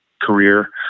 career